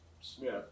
Smith